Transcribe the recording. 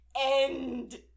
end